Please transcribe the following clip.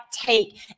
take